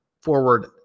forward